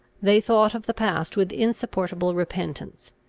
they thought of the past with insupportable repentance,